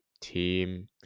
team